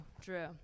drew